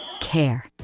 Care